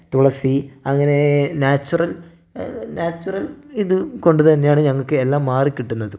തുളസി അങ്ങനെ natural natural ഇതുകൊണ്ട് തന്നെയാണ് ഞങ്ങൾക്ക് എല്ലാം മാറിക്കിട്ടുന്നത്